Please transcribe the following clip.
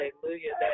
hallelujah